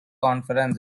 conferences